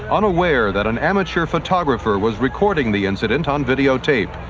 unaware that an amateur photographer was recording the incident on videotape.